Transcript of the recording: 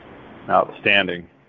Outstanding